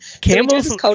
Camels